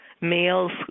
males